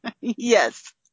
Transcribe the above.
Yes